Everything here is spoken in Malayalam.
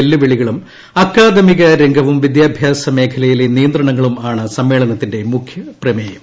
വെല്ലുവിളികളും അക്കാദമിക രംഗവും വിദ്യാഭ്യാസ മേഖലയിലെ നിയന്ത്രണങ്ങളും ആണ് സമ്മേളനത്തിന്റെ മുഖ്യ പ്രമേയം